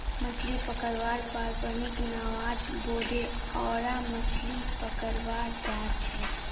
मछली पकड़वार पारंपरिक नावत बोठे ओरा मछली पकड़वा जाछेक